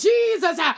Jesus